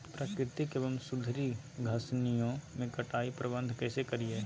प्राकृतिक एवं सुधरी घासनियों में कटाई प्रबन्ध कैसे करीये?